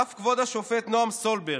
אף כבוד השופט נעם סולברג,